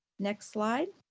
next slide.